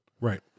right